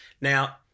Now